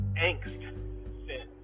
angst